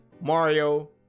mario